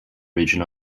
region